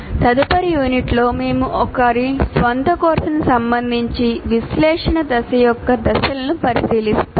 తదుపరి యూనిట్లో మేము ఒకరి స్వంత కోర్సుకు సంబంధించి విశ్లేషణ దశ యొక్క దశలను పరిశీలిస్తాము